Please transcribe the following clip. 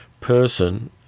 person